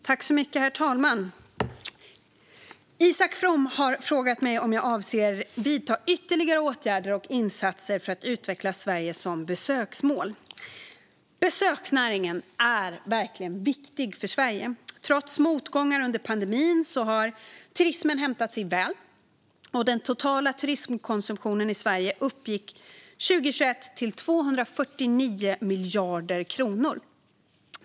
Herr talman! Isak From har frågat mig om jag avser att vidta ytterligare åtgärder och insatser för att utveckla Sverige som besöksmål. Besöksnäringen är verkligen viktig för Sverige. Trots motgångar under pandemin har turismen återhämtat sig väl, och den totala turismkonsumtionen i Sverige uppgick 2021 till 249 miljarder kronor.